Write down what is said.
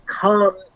come